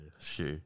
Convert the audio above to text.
sure